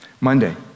Monday